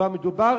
ומדובר